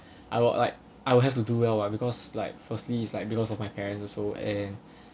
I would like I will have to do well lah because like firstly it's like because of my parents also and